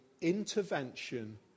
intervention